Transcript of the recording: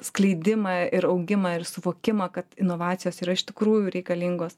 skleidimą ir augimą ir suvokimą kad inovacijos yra iš tikrųjų reikalingos